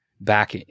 back